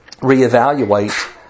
reevaluate